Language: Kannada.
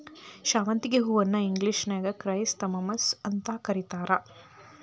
ಶಾವಂತಿಗಿ ಹೂವನ್ನ ಇಂಗ್ಲೇಷನ್ಯಾಗ ಕ್ರೈಸಾಂಥೆಮಮ್ಸ್ ಅಂತ ಕರೇತಾರ